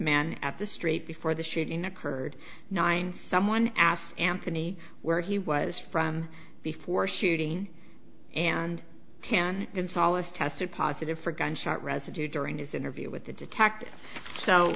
man at the street before the shooting occurred nine someone asked anthony where he was from before shooting and ten in solace tested positive for gunshot residue during his interview with the detect